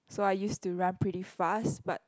so I used to run pretty fast but